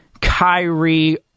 Kyrie